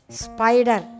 spider